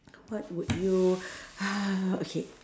what would you okay